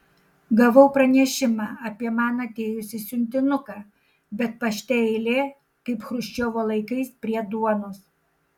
gavau pranešimą apie man atėjusį siuntinuką bet pašte eilė kaip chruščiovo laikais prie duonos